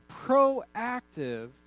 proactive